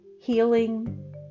healing